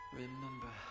remember